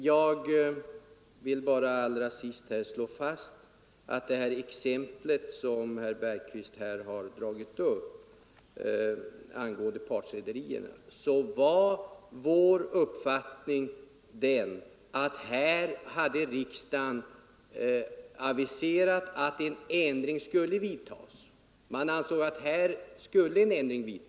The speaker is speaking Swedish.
Jag vill bara allra sist slå fast beträffande det exempel som herr Bergqvist dragit upp — frågan om partrederierna — att vår uppfattning var att riksdagen hade aviserat att en ändring skulle ske.